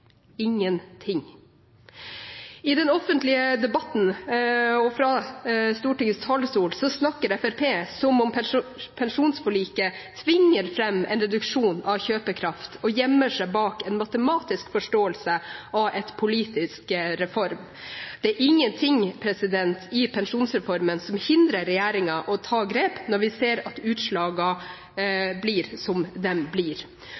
Ingenting. I den offentlige debatten og fra Stortingets talerstol snakker Fremskrittspartiet som om pensjonsforliket tvinger fram en reduksjon av kjøpekraft, og gjemmer seg bak en matematisk forståelse av en politisk reform. Det er ingenting i pensjonsreformen som hindrer regjeringen i å ta grep når vi ser at utslagene blir som de blir.